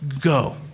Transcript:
go